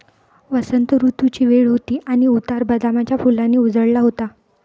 वसंत ऋतूची वेळ होती आणि उतार बदामाच्या फुलांनी उजळला होता